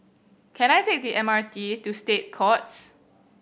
can I take the M R T to State Courts